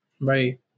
Right